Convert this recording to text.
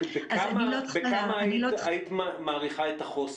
בכמה היית מעריכה את החוסר?